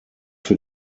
für